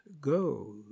go